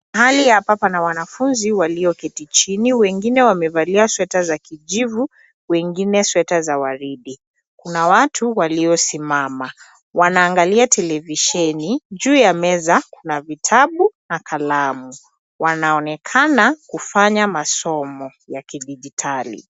Mahali hapa pana wanafunzi walioketi chini. Wengine wamevalia sweta za kijivu ,wengine sweta za waridi. Kuna watu waliosimama. Wanaangalia televisheni, juu ya meza kuna vitabu na kalamu. Wanaonekana kufanya masomo ya kidijitali.